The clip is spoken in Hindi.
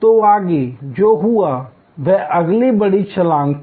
तो आगे जो हुआ वह अगली बड़ी छलांग थी